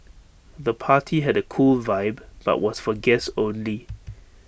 the party had A cool vibe but was for guests only